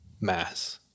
mass